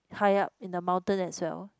high up in the mountain as well